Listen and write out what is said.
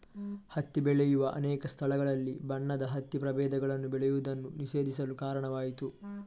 ಹತ್ತಿ ಬೆಳೆಯುವ ಅನೇಕ ಸ್ಥಳಗಳಲ್ಲಿ ಬಣ್ಣದ ಹತ್ತಿ ಪ್ರಭೇದಗಳನ್ನು ಬೆಳೆಯುವುದನ್ನು ನಿಷೇಧಿಸಲು ಕಾರಣವಾಯಿತು